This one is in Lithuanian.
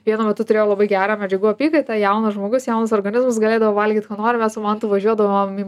vienu metu turėjau labai gerą medžiagų apykaitą jaunas žmogus jaunas organizmas galėdavau valgyt ką norim mes su mantu važiuodavom į